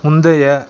முந்தைய